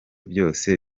byose